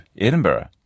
Edinburgh